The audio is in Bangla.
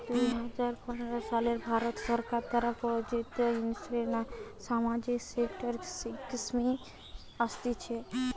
দুই হাজার পনের সালে ভারত সরকার দ্বারা প্রযোজিত ইন্সুরেন্স আর সামাজিক সেক্টর স্কিম আসতিছে